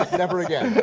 ah never again.